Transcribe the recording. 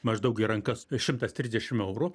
maždaug ir rankas šimtas trisdešim eurų